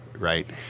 Right